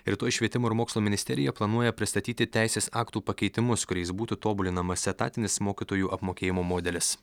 rytoj švietimo ir mokslo ministerija planuoja pristatyti teisės aktų pakeitimus kuriais būtų tobulinamas etatinis mokytojų apmokėjimo modelis